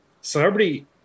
celebrity